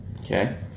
Okay